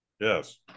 Yes